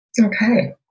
okay